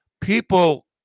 people